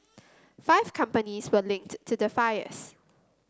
five companies were linked to the fires